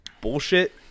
bullshit